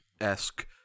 esque